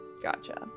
Gotcha